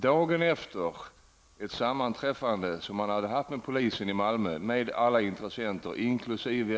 Dagen efter ett sammanträffande som man hade haft med polisen i Malmö med alla intressenter inkl.